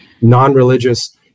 non-religious